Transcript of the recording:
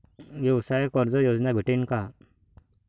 व्यवसाय कर्ज योजना भेटेन का?